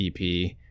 ep